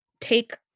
take